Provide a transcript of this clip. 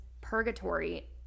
purgatory